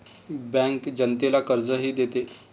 bank जनतेला कर्जही देते